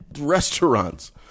restaurants